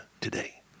today